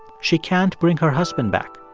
she can't bring her husband back.